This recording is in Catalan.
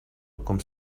com